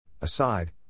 aside